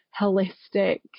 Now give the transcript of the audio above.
holistic